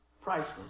Priceless